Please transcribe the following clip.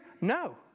No